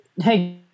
hey